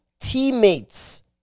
teammates